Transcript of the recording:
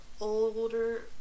older